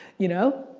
you know?